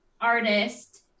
artist